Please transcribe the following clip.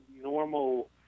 normal